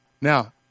Now